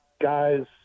guys